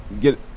Get